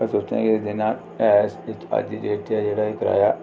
अस सोचने आं कि जिन्ना ऐ अज्ज दी डेट च जेह्ड़ा एह् कराया